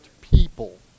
people